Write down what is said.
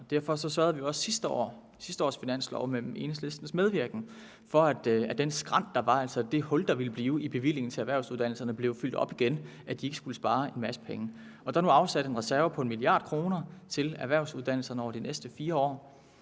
derfor sørgede vi også for i sidste års finanslov med Enhedslistens medvirken, at det hul, der ville blive i bevillingerne til erhvervsuddannelserne, ville blive fyldt op igen; at de altså ikke skulle spare en masse penge. Der er nu afsat en reserve på 1 mia. kr. til erhvervsuddannelserne over de næste 4 år.